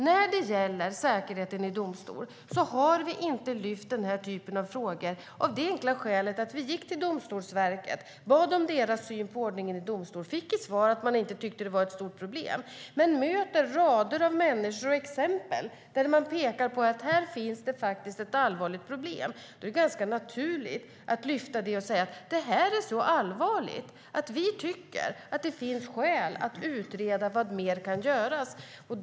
När det gäller säkerheten i domstol har vi inte lyft den här typen av frågor av det enkla skälet att vi frågat Domstolsverket om deras syn på ordningen i domstol och fått till svar att de inte tyckte att detta var ett stort problem. Men vi möter nu rader av exempel där man pekar på att det finns ett allvarligt problem. Då är det ganska naturligt att tycka att det finns skäl att utreda vad mer som kan göras.